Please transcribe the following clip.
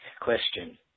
question